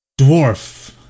Dwarf